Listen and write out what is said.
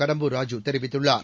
கடம்பூர் ராஜூ தெரிவித்துள்ளார்